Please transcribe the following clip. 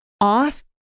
off